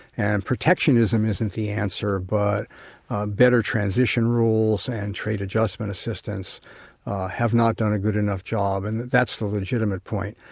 and protectionism isn't the answer, but better transition rules and trade adjustment assistance have not done a good enough job, and that's the legitimate point.